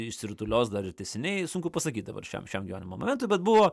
išsirutulios dar ir tęsiniai sunku pasakyti dabar šiam šiam gyvenimo metui bet buvo